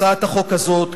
הצעת החוק הזאת,